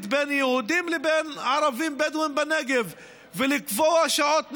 בין יהודים לבין ערבים בדואים בנגב ולקבוע שעות נפרדות,